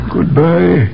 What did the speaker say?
Goodbye